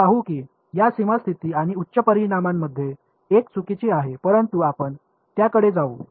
आपण पाहु की या सीमा स्थिती आणि उच्च परिमाणांमध्ये एक चुकीची आहे परंतु आपण त्याकडे जाऊ